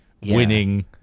winning